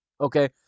okay